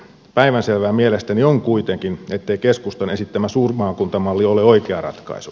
päivänselvää mielestäni on kuitenkin ettei keskustan esittämä suurmaakuntamalli ole oikea ratkaisu